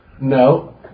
No